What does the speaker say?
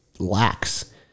lacks